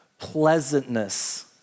pleasantness